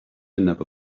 never